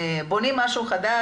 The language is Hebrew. בונים משהו חדש,